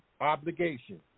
obligation